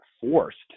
forced